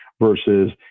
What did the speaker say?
versus